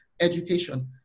education